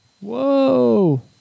Whoa